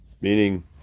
meaning